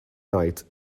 night